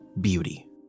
beauty